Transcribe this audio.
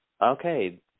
okay